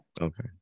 Okay